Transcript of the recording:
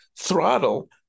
throttle